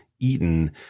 eaten